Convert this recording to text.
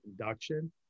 induction